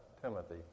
Timothy